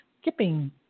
skipping